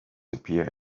appear